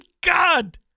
God